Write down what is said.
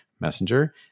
Messenger